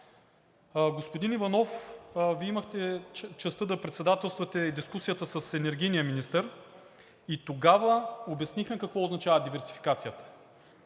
Господин Иванов, Вие имахте честта да председателствате и дискусията с енергийния министър и тогава обяснихме какво означава диверсификацията.